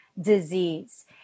disease